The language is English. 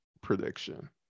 prediction